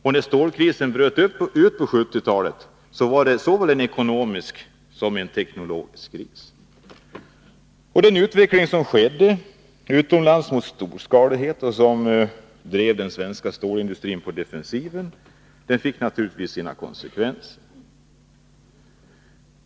Och när stålkrisen bröt ut på 1970-talet var det såväl en ekonomisk som en teknologisk kris. Och den utveckling mot storskalighet som ägde rum utomlands och som drev den svenska stålindustrin på defensiven fick naturligtvis sina konsekvenser.